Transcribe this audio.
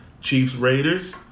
Chiefs-Raiders